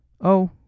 Oh